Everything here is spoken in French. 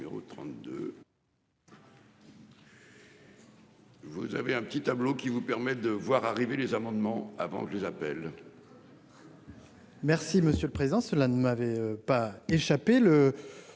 Vous avez un petit tableau qui vous permet de voir arriver les amendements avant que je les appelle.